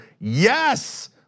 yes